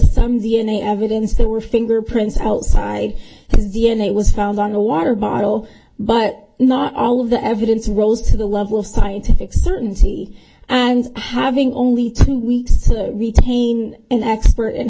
some d n a evidence there were fingerprints outside his d n a was found on a water bottle but not all of the evidence rose to the level of scientific certainty and having only two weeks to retain an expert and